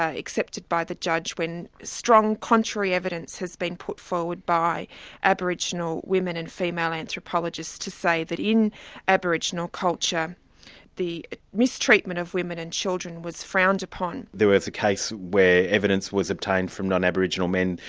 ah accepted by the judge, when strong contrary evidence has been put forward by aboriginal women and female anthropologists to say that in aboriginal culture the mistreatment of women and children was frowned upon. there was a case where evidence was obtained from non-aboriginal men,